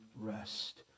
rest